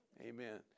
Amen